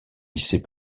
lycée